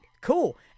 Cool